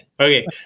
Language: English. Okay